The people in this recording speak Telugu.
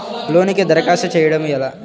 లోనుకి దరఖాస్తు చేయడము ఎలా?